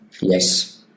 Yes